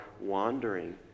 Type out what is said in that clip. wandering